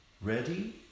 ready